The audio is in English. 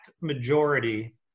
majority